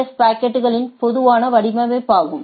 ஃப்பாக்கெட்டுகளின் பொதுவான வடிவமாகும்